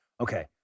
Okay